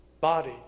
body